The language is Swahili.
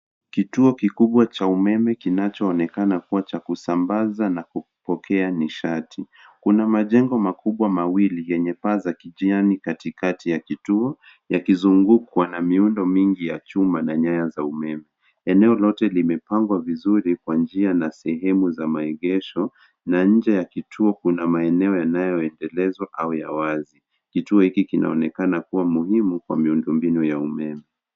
Kituo kikubwa cha umeme kinaonekana kikihusiana na kusambaza na kupokea nishati. Ndani yake kuna majengo makubwa mawili yenye paa kubwa katikati, yamezungukwa na miundo mingi ya chuma na nyaya za umeme. Eneo lote limepangwa vizuri kwa barabara na sehemu za maegesho, huku nje ya kituo kukiwa na maeneo yanayoelekeza nguvu za umeme waziwazi. Kituo hiki kinaonekana kuwa muhimu kwa miundombinu ya nishati.